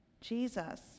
Jesus